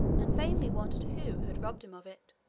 and vainly wondered who had robbed him of it.